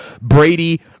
Brady